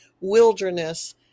wilderness